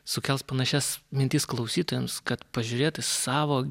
sukels panašias mintis klausytojams kad pažiūrėt į savo